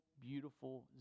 beautiful